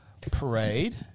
parade